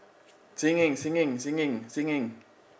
singing singing singing singing